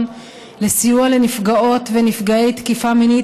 לסיוע לנפגעות ונפגעי תקיפה מינית,